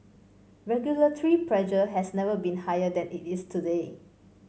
regulatory pressure has never been higher than it is today